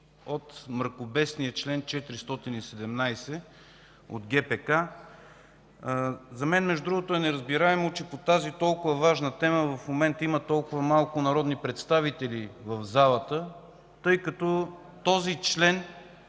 от мракобесния чл. 417 от ГПК. За мен, между другото, е неразбираемо, че по тази толкова важна тема в момента има толкова малко народни представители в залата, тъй като този член